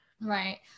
Right